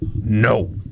No